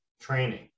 training